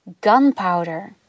gunpowder